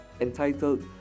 entitled